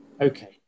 Okay